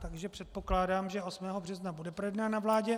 Takže předpokládám, že 8. března bude projednán na vládě.